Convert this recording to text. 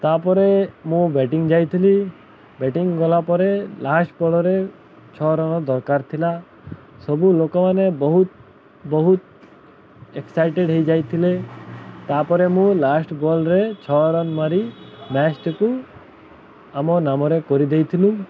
ତା'ପରେ ମୁଁ ବ୍ୟାଟିଂ ଯାଇଥିଲି ବ୍ୟାଟିଂ ଗଲା ପରେ ଲାଷ୍ଟ ବଲ୍ରେ ଛଅ ରନ୍ ଦରକାର ଥିଲା ସବୁ ଲୋକମାନେ ବହୁତ ବହୁତ ଏକ୍ସାଇଟେଡ଼୍ ହେଇଯାଇଥିଲେ ତା'ପରେ ମୁଁ ଲାଷ୍ଟ ବଲ୍ରେ ଛଅ ରନ୍ ମାରି ମ୍ୟାଚ୍ଟିକୁ ଆମ ନାମରେ କରିଦେଇଥିଲୁ